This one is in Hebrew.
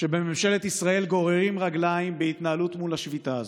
שבממשלת ישראל גוררים רגליים בהתנהלות מול השביתה הזו.